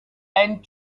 and